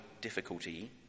difficulty